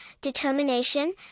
determination